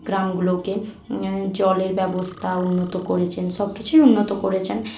গ্রামগুলোকে জলের ব্যবস্থা উন্নত করেছেন সবকিছুই উন্নত করেছেন